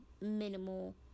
minimal